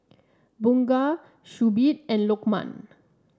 Bunga Shuib and Lokman